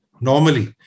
normally